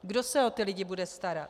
Kdo se o ty lidi bude starat?